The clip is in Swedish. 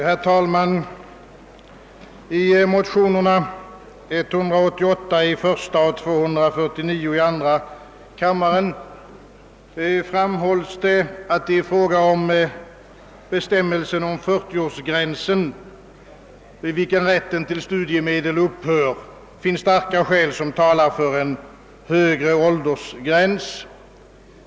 Herr talman! I motionsparet 1:188 och II: 249 framhålles, att starka skäl talar för en högre åldersgräns än 40 år för erhållande av studiemedel.